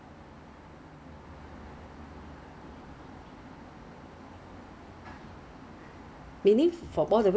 quite quite okay ah 的 they they they they also cater to Korea market Taiwan market so if you want Taiwan food right so for example 太阳饼 right